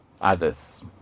others